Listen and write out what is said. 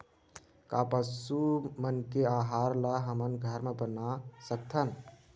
का पशु मन के आहार ला हमन घर मा बना सकथन?